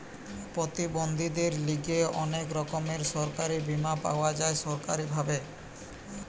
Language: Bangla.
প্রতিবন্ধীদের লিগে অনেক রকমের সরকারি বীমা পাওয়া যায় সরকারি ভাবে